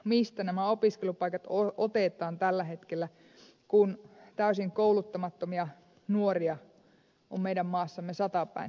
mistä nämä opiskelupaikat otetaan tällä hetkellä kun täysin kouluttamattomia nuoria on meidän maassamme satapäin vailla opiskelupaikkaa